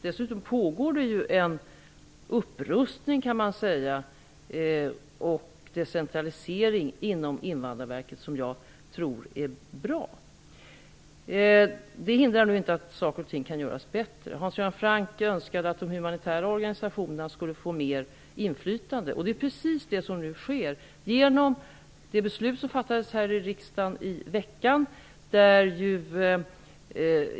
Dessutom pågår det ju en upprustning och en decentralisering inom Invandrarverket, som jag tror är bra. Det hindrar inte att saker och ting kan göras bättre. Hans Göran Franck önskade att de humanitära organisationerna skulle få mer inflytande. Det är precis det som nu sker, genom det beslut som fattades här i riksdagen i förra veckan.